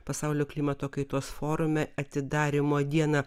pasaulio klimato kaitos forume atidarymo dieną